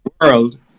world